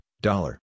dollar